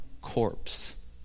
corpse